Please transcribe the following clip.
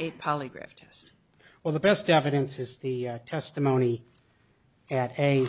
a polygraph test or the best evidence is the testimony at a